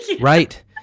right